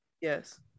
Yes